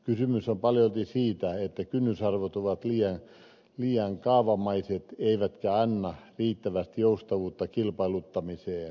kysymys on paljolti siitä että kynnysarvot ovat liian kaavamaiset eivätkä anna riittävästi joustavuutta kilpailuttamiseen